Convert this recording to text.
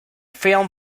film